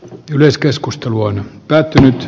yleiskeskustelu on päättynyt